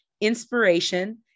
inspiration